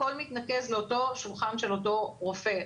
הכל מתנקז לאותו שולחן של אותו רופא.